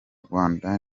rwanda